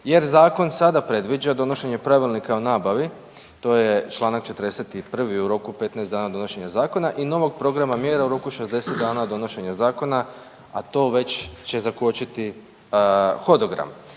jer zakon sada predviđa donošenje Pravilnika o nabavi to je Članak 41., u roku 15 dana donošenja zakona i novog programa mjera u roku 60 dana od donošenja zakona, a to već će zakočiti hodogram.